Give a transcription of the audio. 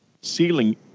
ceiling